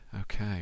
okay